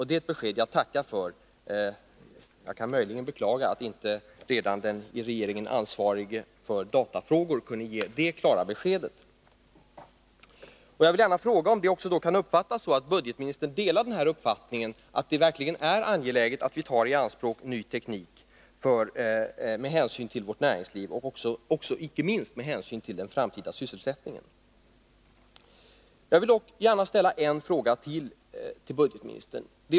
Det är ett besked jag tackar för — jag kan möjligen beklaga att den i regeringen ansvarige för datafrågor inte kunde ge samma klara besked. Jag vill gärna fråga om budgetministerns uttalande kan tolkas så att han delar uppfattning en, att det verkligen är angeläget att vi tar i anspråk ny teknik med hänsyn till vårt näringsliv och, icke minst, med hänsyn till den framtida sysselsättningen. Jag skulle också vilja ställa ytterligare en fråga till budgetministern.